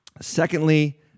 Secondly